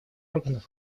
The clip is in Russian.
органов